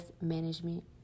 management